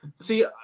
See